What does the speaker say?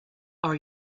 are